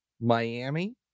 Miami